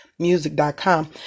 Music.com